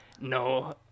no